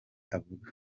avuga